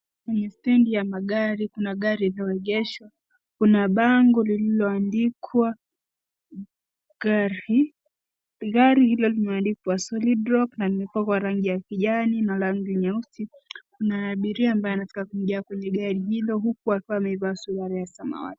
Kwenye stendi ya magari kuna gari iliyoegeshwa. Kuna bango lililoandikwa gari. Gari hilo limeandikwa solid rock na limepakwa rangi ya kijani na rangi nyeusi. Kuna abiria ambaye anayetaka kuingia kwenye gari hilo, huku akiwa amevaa suruali ya samawati.